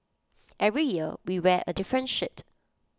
every year we wear A different shirt